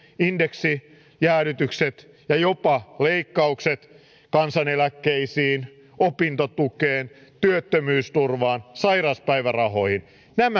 indeksijäädytykset ja jopa leikkaukset kansaneläkkeisiin opintotukeen työttömyysturvaan sairauspäivärahoihin